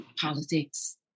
politics